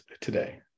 today